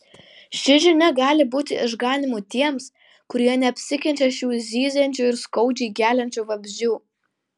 ši žinia gali būti išganymu tiems kurie neapsikenčia šių zyziančių ir skaudžiai geliančių vabzdžių